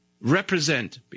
represent